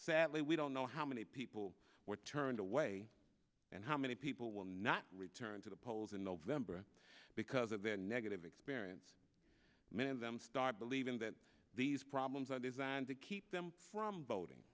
sadly we don't know how many people were turned away and how many people will not return to the polls in november because of their negative experience many of them start believing that these problems are designed to keep them from voting